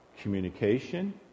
communication